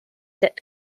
debt